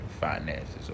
finances